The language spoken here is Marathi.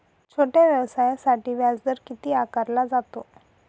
छोट्या व्यवसायासाठी व्याजदर किती आकारला जातो?